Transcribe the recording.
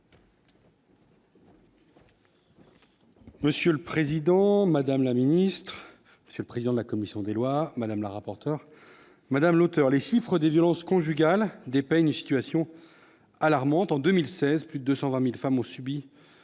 Monsieur le Président, Madame la Ministre, Monsieur le président de la commission des lois, madame la rapporteur madame l'auteur les chiffres des violences conjugales dépeignent situation alarmante en 2016 plus de 120000 femmes ont subi